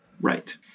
Right